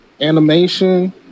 Animation